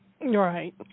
Right